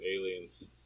aliens